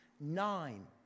Nine